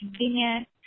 convenient